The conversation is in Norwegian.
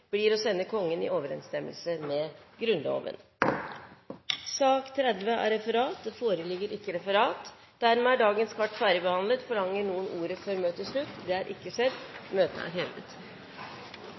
blir å sende Kongen i overensstemmelse med Grunnloven. – Det anses vedtatt. Det foreligger ikke referat. Dermed er dagens kart ferdigbehandlet. Forlanger noen ordet før møtet heves? – Møtet er